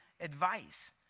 advice